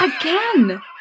Again